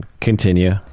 Continue